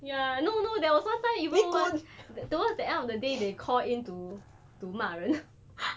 ya no no there was one time even worse the towards the end of the day they call in to to 骂人